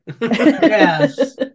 yes